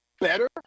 better